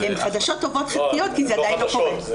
הן חדשות טובות חלקיות כי זה עדיין לא קורה.